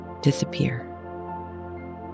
disappear